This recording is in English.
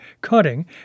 Cutting